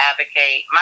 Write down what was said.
advocate